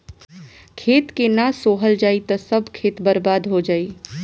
खेत के ना सोहल जाई त सब खेत बर्बादे हो जाई